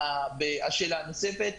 שאלה נוספת,